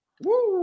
Woo